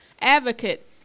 Advocate